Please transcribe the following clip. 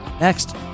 Next